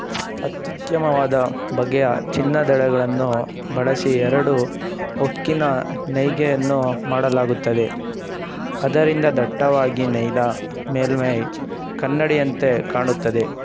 ಅತ್ಯುತ್ತಮವಾದ ಬಗೆಯ ಚಿನ್ನದೆಳೆಗಳನ್ನು ಬಳಸಿ ಎರಡು ಹೊಕ್ಕಿನ ನೇಯ್ಗೆಯನ್ನು ಮಾಡಲಾಗುತ್ತದೆ ಅದರಿಂದ ದಟ್ಟವಾಗಿ ನೆಯ್ದ ಮೇಲ್ಮೈ ಕನ್ನಡಿಯಂತೆ ಕಾಣುತ್ತದೆ